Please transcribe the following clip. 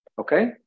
Okay